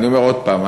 ואני אומר עוד פעם,